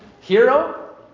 Hero